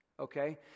okay